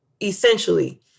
essentially